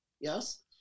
yes